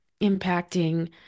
impacting